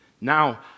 now